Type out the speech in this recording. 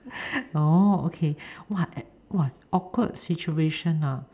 orh okay !woah! awkward situation ah